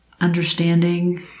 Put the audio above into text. understanding